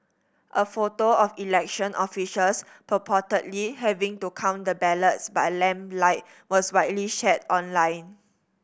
a photo of election officials purportedly having to count the ballots by lamplight was widely shared online